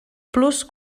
plus